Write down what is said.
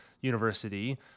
University